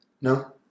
No